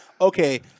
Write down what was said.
okay